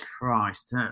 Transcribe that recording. Christ